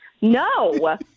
No